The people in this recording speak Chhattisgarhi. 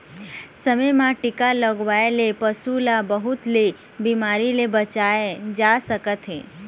समे म टीका लगवाए ले पशु ल बहुत ले बिमारी ले बचाए जा सकत हे